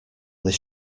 this